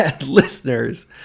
listeners